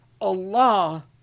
Allah